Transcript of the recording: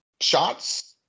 shots